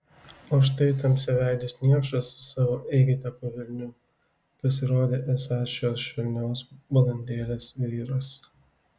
o štai tamsiaveidis niekšas su savo eikite po velnių pasirodė esąs šios švelnios balandėlės vyras